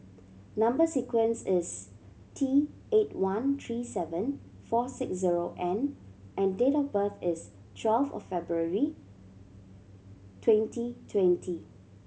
number sequence is T eight one three seven four six zero N and date of birth is twelve of February twenty twenty